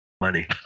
money